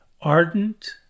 Ardent